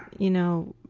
you know,